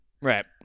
Right